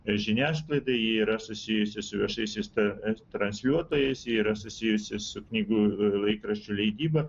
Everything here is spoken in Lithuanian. žiniasklaida ji yra susijusi su viešaisiais transliuotojas ji yra susijusi su knygų laikraščių leidyba